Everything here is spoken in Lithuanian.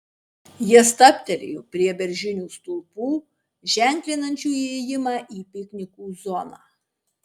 jie stabtelėjo prie beržinių stulpų ženklinančių įėjimą į piknikų zoną